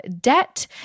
debt